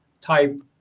type